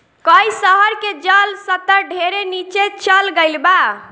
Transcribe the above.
कई शहर के जल स्तर ढेरे नीचे चल गईल बा